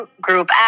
group